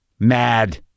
mad